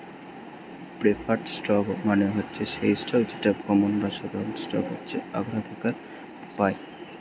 preferred stock মানে হচ্ছে সেই স্টক যেটা কমন বা সাধারণ স্টকের চেয়ে অগ্রাধিকার পায়